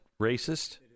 racist